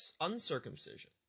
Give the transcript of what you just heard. uncircumcision